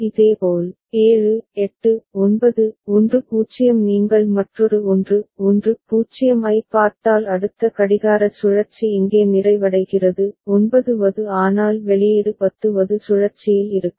இதேபோல் 7 8 9 10 நீங்கள் மற்றொரு 1 1 0 ஐப் பார்த்தால் அடுத்த கடிகார சுழற்சி இங்கே நிறைவடைகிறது 9 வது ஆனால் வெளியீடு 10 வது சுழற்சியில் இருக்கும்